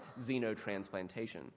xenotransplantation